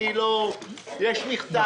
יש מכתב.